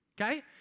okay